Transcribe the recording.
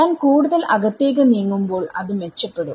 ഞാൻ കൂടുതൽ അകത്തേക്ക് നീങ്ങുമ്പോൾ അത് മെച്ചപ്പെടും